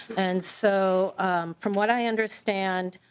and so from what i understand